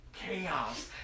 chaos